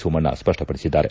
ಸೋಮಣ್ಣ ಸ್ಪಷ್ಟಪಡಿಸಿದ್ದಾರೆ